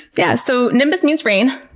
yeah so, nimbus means rain.